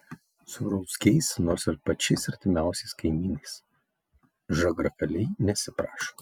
su rauckiais nors ir pačiais artimiausiais kaimynais žagrakaliai nesiprašo